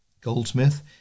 Goldsmith